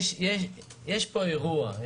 יש פה אירוע.